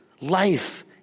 life